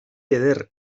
eder